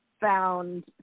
found